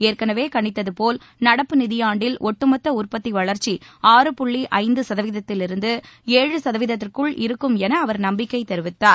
ஏற்கனவே கணித்ததபோல் நடப்பு நிதியாண்டில் ஒட்டுமொத்த உற்பத்தி வளர்ச்சி ஆறு புள்ளி ஐந்து சதவிதத்திலிருந்து ஏழு சதவீதத்திற்குள் இருக்கும் என அவர் நம்பிக்கை தெரிவித்தார்